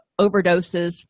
overdoses